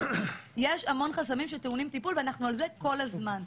יש המון חסמים שטעונים טיפול ואנחנו על זה כל הזמן,